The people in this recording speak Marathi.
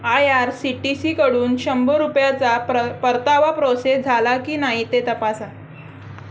आय आर सी टी सीकडून शंभर रुपयाचा प्र परतावा प्रोसेस झाला की नाही ते तपासा